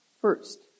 first